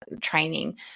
training